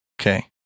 Okay